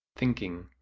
thinking,